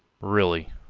really,